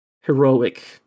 heroic